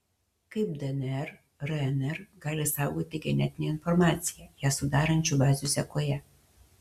kaip dnr rnr gali saugoti genetinę informaciją ją sudarančių bazių sekoje